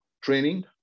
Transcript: training